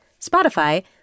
Spotify